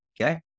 okay